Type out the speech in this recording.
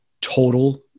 total